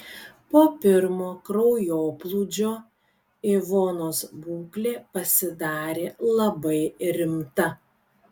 po pirmo kraujoplūdžio ivonos būklė pasidarė labai rimta